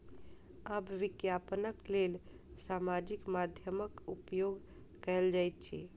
आब विज्ञापनक लेल सामाजिक माध्यमक उपयोग कयल जाइत अछि